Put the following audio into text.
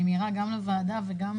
אני מעירה גם לוועדה וגם